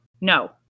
No